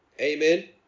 Amen